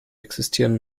existieren